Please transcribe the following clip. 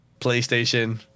PlayStation